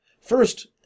First